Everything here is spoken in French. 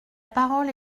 parole